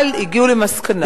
אבל הגיעו למסקנה,